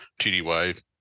TDY